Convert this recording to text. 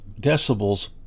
decibels